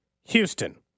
Houston